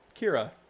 Kira